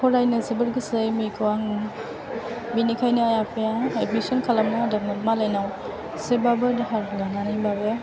फरायनो जोबोर गोसो आं एम एखौ बेनिखायनो आफाया एदमिसन खालामना होदोंमोन मालायनाव एसेबाबो दाहार लानानैबाबो